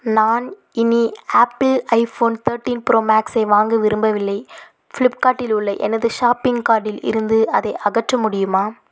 நான் இனி Apple iPhone thirteen pro மேக்ஸை வாங்க விரும்பவில்லை ஃப்ளிப்கார்ட்டில் உள்ள எனது ஷாப்பிங் கார்ட்டில் இருந்து அதை அகற்ற முடியுமா